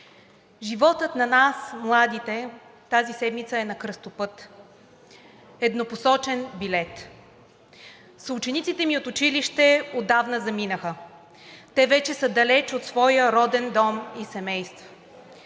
Животът на нас, младите, тази седмица е на кръстопът, еднопосочен билет. Съучениците ми от училище отдавна заминаха, те вече са далеч от своя роден дом и семейство.